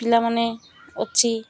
ପିଲାମାନେ ଅଛି